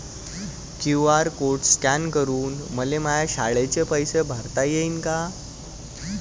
QR code scan करून मले माया शाळेचे पैसे भरता येईन का?